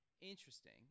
Interesting